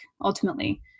ultimately